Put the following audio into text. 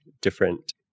different